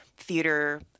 theater